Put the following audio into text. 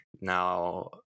Now